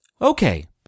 okay